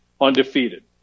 undefeated